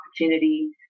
opportunity